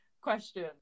Question